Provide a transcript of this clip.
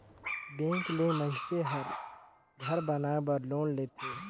bank ले मइनसे हर घर बनाए बर लोन लेथे